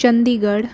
Chandigarh